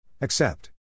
Accept